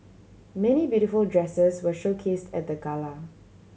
many beautiful dresses were showcased at the gala